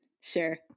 Sure